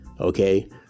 Okay